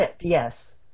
yes